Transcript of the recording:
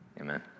Amen